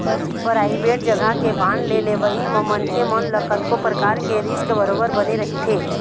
private जघा के bond के लेवई म मनखे मन ल कतको परकार के रिस्क बरोबर बने रहिथे